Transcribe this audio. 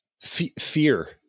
fear